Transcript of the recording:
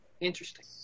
interesting